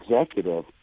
executive